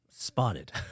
Spotted